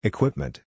Equipment